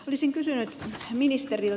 olisin kysynyt ministeriltä